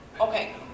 Okay